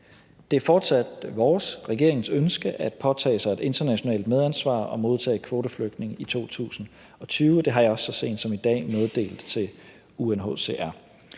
Det er fortsat vores, regeringens, ønske at påtage sig et internationalt medansvar og modtage kvoteflygtninge i 2020. Det har jeg også så sent som i dag meddelt til UNHCR.